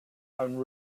and